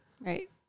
Right